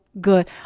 Good